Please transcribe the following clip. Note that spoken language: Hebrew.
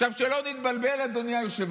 עכשיו, שלא נתבלבל, אדוני היושב-ראש: